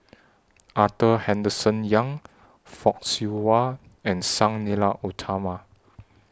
Arthur Henderson Young Fock Siew Wah and Sang Nila Utama